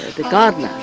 the gardener,